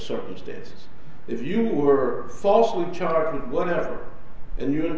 circumstance if you were falsely charged with whatever and you